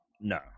no